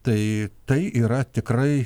tai tai yra tikrai